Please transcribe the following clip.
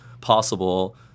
possible